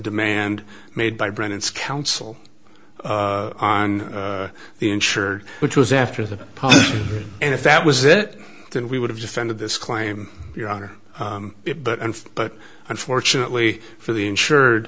demand made by brennan's counsel on the insured which was after that and if that was it then we would have defended this claim your honor but and but unfortunately for the insured